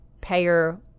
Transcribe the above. payer